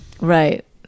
Right